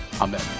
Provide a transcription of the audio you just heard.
Amen